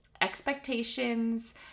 expectations